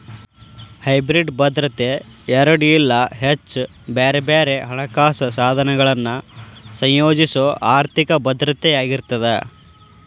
hybrid ಭದ್ರತೆ ಎರಡ ಇಲ್ಲಾ ಹೆಚ್ಚ ಬ್ಯಾರೆ ಬ್ಯಾರೆ ಹಣಕಾಸ ಸಾಧನಗಳನ್ನ ಸಂಯೋಜಿಸೊ ಆರ್ಥಿಕ ಭದ್ರತೆಯಾಗಿರ್ತದ